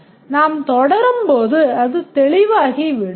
நாம் தொடரும்போது அது தெளிவாகிவிடும்